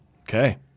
Okay